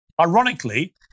Ironically